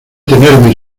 tenerme